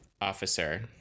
officer